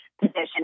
position